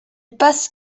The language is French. passe